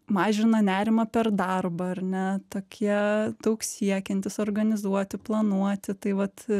mažina nerimą per darbą ar ne tokie daug siekiantys organizuoti planuoti tai vat